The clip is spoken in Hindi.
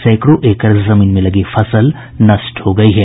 सैकड़ों एकड़ जमीन में लगी फसल नष्ट हो गयी है